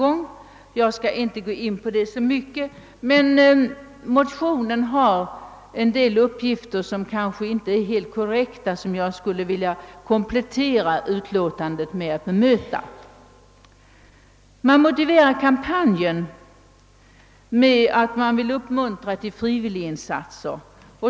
Jag skall inte närmare gå in på det kapitlet, men motionen innehåller en del uppgifter som inte är helt korrekta och dem skulle jag vilja komplettera utlåtandet med att bemöta. Motionärerna motiverar kampanjen med att man bör uppmuntra till frivilliginsatser.